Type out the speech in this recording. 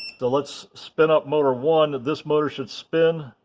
so let's spin up motor one and this motor should spin.